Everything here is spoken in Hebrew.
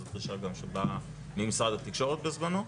זו גם דרישה שניתנה ממשרד התקשורת בזמנו.